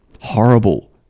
horrible